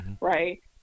right